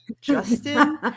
Justin